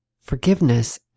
Forgiveness